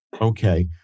Okay